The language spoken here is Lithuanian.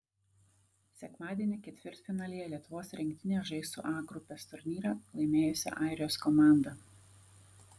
sekmadienį ketvirtfinalyje lietuvos rinktinė žais su a grupės turnyrą laimėjusia airijos komanda